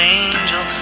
angel